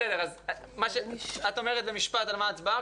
תאמרי במשפט על מה ההצבעה,